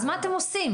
אז מה אתם עושים?